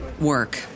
work